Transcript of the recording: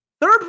Third